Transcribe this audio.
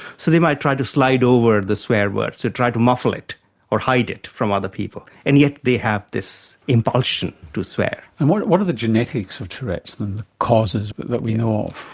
so they might try to slide over the swear words, try to muffle it or hide it from other people, and yet they have this impulsion to swear. and what what are the genetics of tourette's, the causes but that we know of?